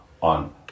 on